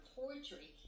poetry